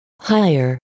higher